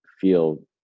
feel